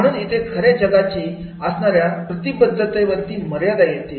म्हणून इथे खऱ्या जगाची असणाऱ्या प्रतिबद्ध वरती मर्यादा येतील